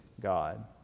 God